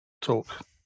talk